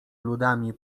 ludami